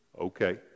Okay